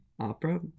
opera